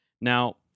Now